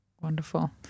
Wonderful